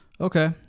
Okay